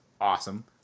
awesome